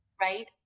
right